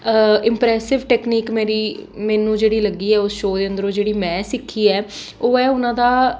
impressive technique ਮੇਰੀ ਮੈਨੂੰ ਜਿਹੜੀ ਲੱਗੀ ਹੈ ਉਸ ਸ਼ੋਅ ਦੇ ਅੰਦਰ ਉਹ ਜਿਹੜੀ ਮੈਂ ਸਿੱਖੀ ਹੈ ਉਹ ਹੈ ਉਹਨਾਂ ਦਾ